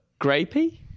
Grapey